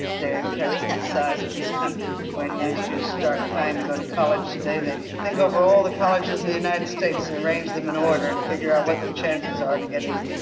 they're impressed with the size of this country. when youngsters start planning to go to college today they think over all the colleges in the united states and arrange them in order and figure out what their chances are to get in.